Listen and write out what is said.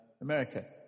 America